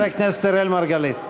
חבר הכנסת אראל מרגלית.